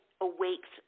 awakes